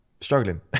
struggling